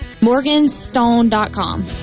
Morganstone.com